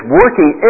working